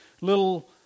little